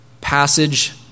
passage